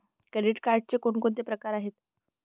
Credit कार्डचे कोणकोणते प्रकार आहेत?